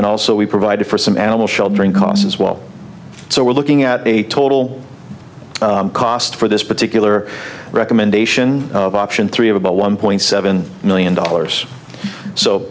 then also we provide for some animal sheltering costs as well so we're looking at a total cost for this particular recommendation of option three of about one point seven million dollars so